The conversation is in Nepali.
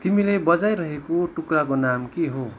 तिमीले बजाइरहेको टुक्राको नाम के हो